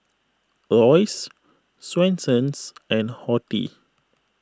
Royce Swensens and Horti